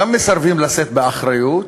גם מסרבים לשאת באחריות